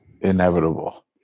inevitable